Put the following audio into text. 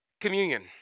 communion